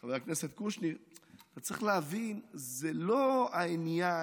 חבר הכנסת קושניר: צריך להבין, זה לא העניין